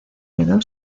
quedó